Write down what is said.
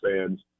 fans